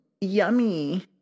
yummy